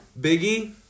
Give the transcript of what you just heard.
Biggie